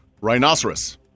rhinoceros